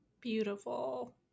beautiful